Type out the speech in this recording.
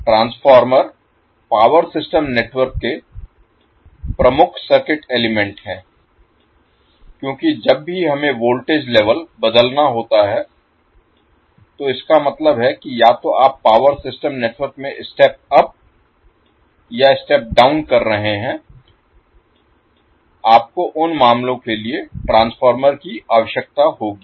transformer power system network के प्रमुख circuit element Element तत्व हैं क्योंकि जब भी हमें वोल्टेज लेवल Level स्तर बदलना होता है तो इसका मतलब है कि या तो आप पावर सिस्टम नेटवर्क में स्टेप अप या स्टेप डाउन कर रहे हैं आपको उन मामलों के लिए ट्रांसफार्मर की आवश्यकता होगी